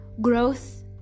Growth